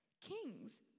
Kings